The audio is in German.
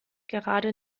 gerade